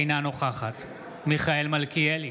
אינה נוכחת מיכאל מלכיאלי,